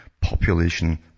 Population